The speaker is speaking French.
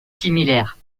similaires